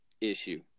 issue